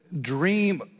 dream